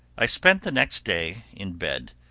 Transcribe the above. i spent the next day in bed,